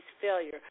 failure